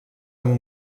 amb